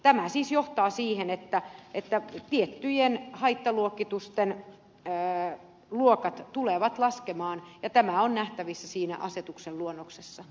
tämä siis johtaa siihen että tiettyjen haittaluokitusten luokat tulevat laskemaan ja tämä on nähtävissä siinä asetuksen luonnoksessa